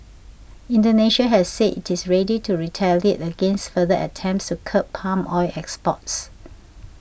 Indonesia has said it is ready to retaliate against further attempts to curb palm oil exports